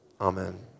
Amen